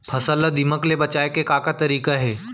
फसल ला दीमक ले बचाये के का का तरीका हे?